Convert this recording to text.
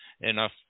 enough